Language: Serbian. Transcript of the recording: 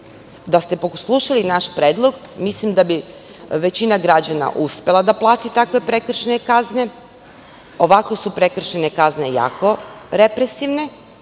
Da ste poslušali naš predlog mislim da bi većina građana uspela da plati takve prekršajne kazne. Ovako su prekršajne kazne jako represivne,